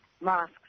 mosques